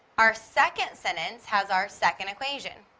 our second sentence has our second equation.